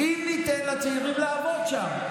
אם ניתן לצעירים לעבוד שם.